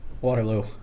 Waterloo